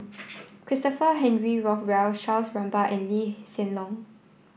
Christopher Henry Rothwell Charles Gamba and Lee Hsien Loong